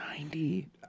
Ninety